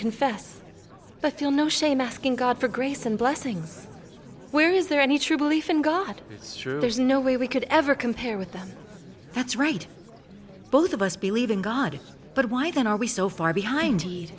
confess but feel no shame asking god for grace and blessings where is there any true belief in god it's true there's no way we could ever compare with them that's right both of us believe in god but why then are we so far behind he